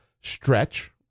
stretch